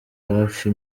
hafi